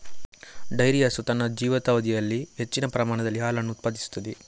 dairy ಹಸು ತನ್ನ ಜೀವಿತಾವಧಿಯಲ್ಲಿ ಹೆಚ್ಚಿನ ಪ್ರಮಾಣದಲ್ಲಿ ಹಾಲನ್ನು ಉತ್ಪಾದಿಸುತ್ತದೆ